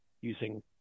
using